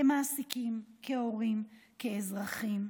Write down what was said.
כמעסיקים, כהורים, כאזרחים.